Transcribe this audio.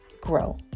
grow